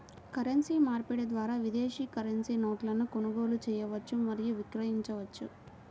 currency మార్పిడి ద్వారా విదేశీ కరెన్సీ నోట్లను కొనుగోలు చేయవచ్చు మరియు విక్రయించవచ్చు